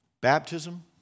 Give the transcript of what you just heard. Baptism